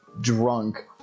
drunk